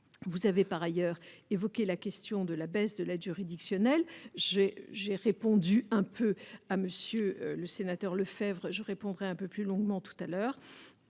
vous avez par ailleurs évoqué la question de la baisse de l'aide juridictionnelle, j'ai j'ai répondu un peu à Monsieur le Sénateur Lefèvre je répondrai un peu plus longuement tout à l'heure.